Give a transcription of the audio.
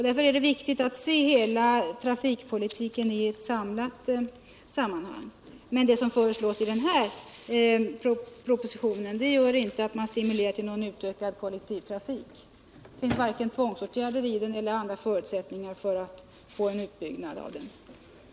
Därför är det viktigt att se hela trafikpolitiken i ett sammanhang. Men det som föreslås i den här propositionen stimulerar inte till någon utökning av kollektivtrafiken. Det finns varken tvångsåtgärder eller andra förutsättningar i den för att få en utbyggnad av kollektivtrafiken.